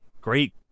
great